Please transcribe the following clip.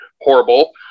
horrible